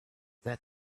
that